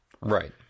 Right